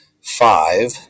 five